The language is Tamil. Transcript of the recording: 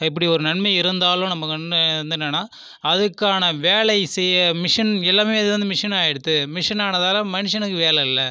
இப்படி ஒரு நன்மை இருந்தாலும் நமக்கு என்னென்னால் அதுக்கான வேலை செய்ய மிஷின் எல்லாமே இது வந்து மிஷின் ஆயிடுத்து மிஷின் ஆனதாலே மனுஷனுக்கு வேலை இல்லை